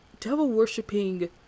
Devil-worshipping